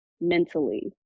mentally